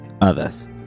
others